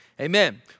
amen